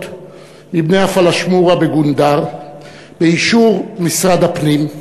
מבני הפלאשמורה בגונדר באישור משרד הפנים,